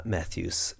Matthews